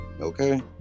Okay